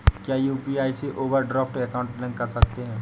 क्या यू.पी.आई से overdraft account link कर सकते हैं?